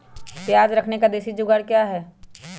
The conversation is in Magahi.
प्याज रखने का देसी जुगाड़ क्या है?